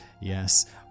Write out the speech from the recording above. Yes